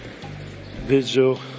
visual